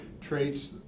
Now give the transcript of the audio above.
traits